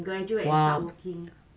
!wah!